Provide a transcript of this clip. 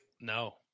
No